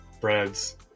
breads